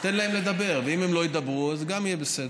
תן להם לדבר, ואם הם לא ידברו, גם אז יהיה בסדר.